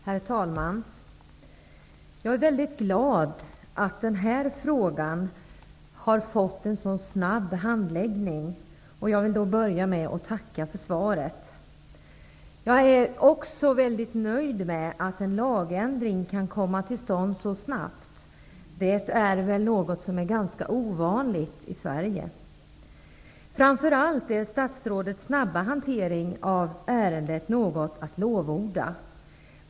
Herr talman! Jag är väldigt glad att den här frågan har fått en så snabb handläggning. Jag vill börja med att tacka för svaret. Jag är också väldigt nöjd med att en lagändring kan komma till stånd så snabbt. Det är väl ganska ovanligt i Sverige. Framför allt är statsrådets snabba hantering av ärendet något att lovorda.